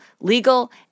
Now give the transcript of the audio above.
legal